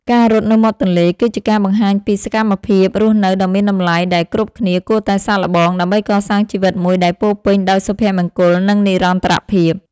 ការរត់នៅមាត់ទន្លេគឺជាការបង្ហាញពី សកម្មភាពរស់នៅដ៏មានតម្លៃ ដែលគ្រប់គ្នាគួរតែសាកល្បង ដើម្បីកសាងជីវិតមួយដែលពោរពេញដោយសុភមង្គល និងនិរន្តរភាព។